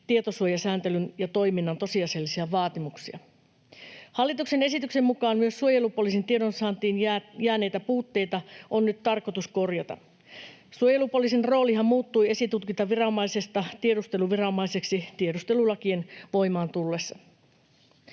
tietosuojasääntelyn ja toiminnan tosiasiallisia vaatimuksia. Hallituksen esityksen mukaan myös suojelupoliisin tiedonsaantiin jääneitä puutteita on nyt tarkoitus korjata. Suojelupoliisin roolihan muuttui esitutkintaviranomaisesta tiedusteluviranomaiseksi tiedustelulakien voimaan tullessa.